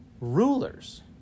rulers